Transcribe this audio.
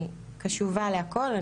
אני קשובה לכול,